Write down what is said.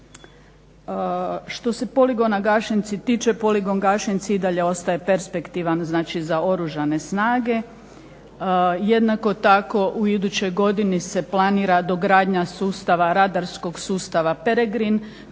Što se poligona Gašinci tiče, poligon Gašinci i dalje ostaje perspektivan znači za Oružane snage. Jednako tako u idućoj godini se planira dogradnja sustava radarskog sustava "PEREGRIN"